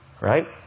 Right